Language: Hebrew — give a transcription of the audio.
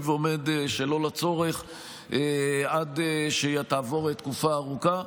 ועומד שלא לצורך עד שתעבור תקופה ארוכה.